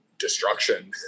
destruction